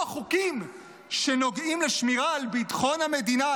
חוקים שנוגעים לשמירה על ביטחון המדינה,